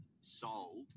sold